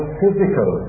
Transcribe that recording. physical